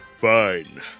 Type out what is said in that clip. Fine